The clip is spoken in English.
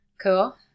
Cool